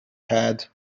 had